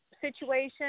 situation